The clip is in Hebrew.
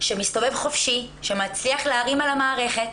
שמסתובב חופשי, שמצליח להערים על המערכת.